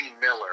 Miller